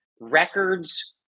records